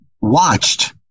watched